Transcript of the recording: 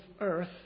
earth